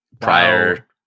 Prior